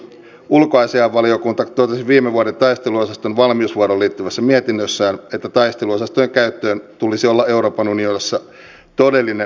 ulkoasiainvaliokunta totesi viime vuoden taisteluosaston valmiusvuoroon liittyvässä mietinnössään että taisteluosastojen käyttöön tulisi olla euroopan unionissa todellinen valmius ja kyky